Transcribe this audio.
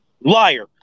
Liar